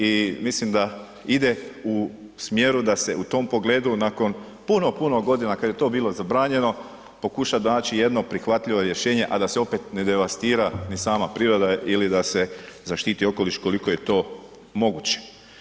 I mislim da ide u smjeru da se u tom pogledu nakon puno, puno godina kada je to bilo zabranjeno pokuša naći jedno prihvatljivo rješenje a da se opet ne devastira ni sama priroda ili da se zaštiti okoliš koliko je to moguće.